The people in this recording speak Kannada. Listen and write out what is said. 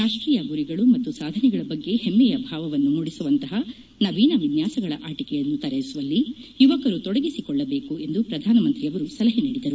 ರಾಷ್ಟೀಯ ಗುರಿಗಳು ಮತ್ತು ಸಾಧನೆಗಳ ಬಗ್ಗೆ ಹೆಮ್ಮೆಯ ಭಾವವನ್ನು ಮೂಡಿಸುವಂತಹ ನವೀನ ವಿನ್ಯಾಸಗಳ ಆಟಿಕೆಗಳನ್ನು ತಯಾರಿಸುವಲ್ಲಿ ಯುವಕರು ತೊಡಗಿಸಿಕೊಳ್ಳಬೇಕು ಎಂದು ಪ್ರಧಾಮಂತ್ರಿ ಸಲಹೆ ನೀಡಿದರು